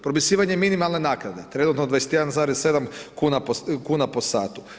Propisivanje minimalne naknade trenutno 21,7 kuna po satu.